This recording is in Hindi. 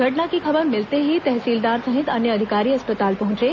घटना की खबर मिलते ही तहसीलदार सहित अन्य अधिकारी अस्पताल पहुंचे